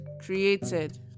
created